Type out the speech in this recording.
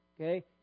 okay